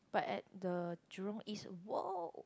but at the Jurong-East !woah!